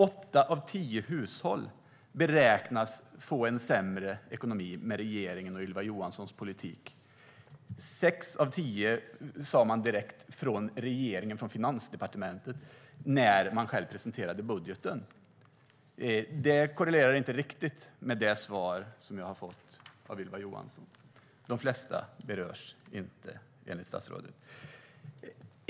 Åtta av tio hushåll beräknas få sämre ekonomi med regeringens och Ylva Johanssons politik. Självaste Finansdepartementet sa sex av tio hushåll när budgeten presenterades. Det korrelerar inte riktigt med det svar jag har fått av Ylva Johansson om att de flesta inte berörs.